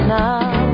now